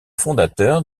fondateur